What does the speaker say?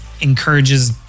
encourages